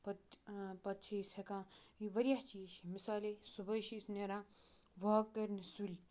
پَتہٕ پَتہٕ چھِ أسۍ ہٮ۪کان یہِ واریاہ چیٖز چھِ مثالے صُبحٲے چھِ أسۍ نیران واک کَرنہِ سُلہِ